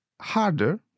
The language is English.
harder